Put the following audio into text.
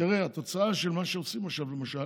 תראה, התוצאה של מה שעושים עכשיו, למשל,